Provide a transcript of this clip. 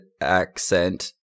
accent